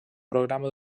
programa